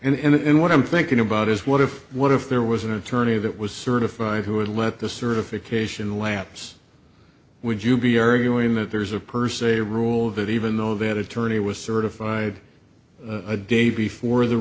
here and what i'm thinking about is what if what if there was an attorney that was certified who would let the certification lapse would you be arguing that there's a person a rule that even though that attorney was certified a day before the